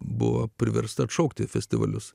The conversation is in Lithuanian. buvo priversta atšaukti festivalius